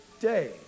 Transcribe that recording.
day